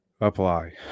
apply